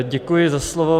Děkuji za slovo.